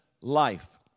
life